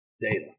data